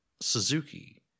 Suzuki